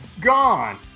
gone